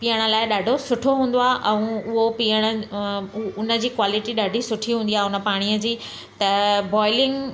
पीअण लाइ ॾाढो सुठो हूंदो आहे ऐं उहो पीअण उनजी क्वालिटी ॾाढी सुठी हूंदी आहे उन पाणीअ जी त बॉइलिंग